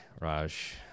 Raj